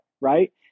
right